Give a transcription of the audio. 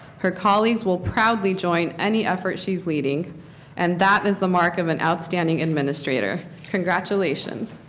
her colleagues will probably join any effort she is leading and that is the mark of an outstanding administrator. congratulation,